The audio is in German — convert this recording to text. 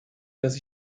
dass